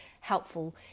helpful